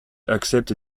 accepte